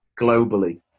globally